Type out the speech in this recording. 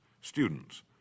students